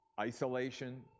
Isolation